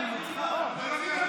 שיכורה.